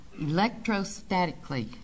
electrostatically